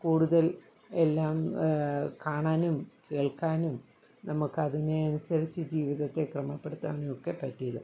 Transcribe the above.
കൂടുതൽ എല്ലാം കാണാനും കേൾക്കാനും നമുക്ക് അതിന് അനുസരിച്ച് ജീവിതത്തെ ക്രമപ്പെടുത്താനും ഒക്കെ പറ്റിയത്